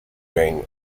during